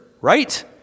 right